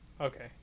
Okay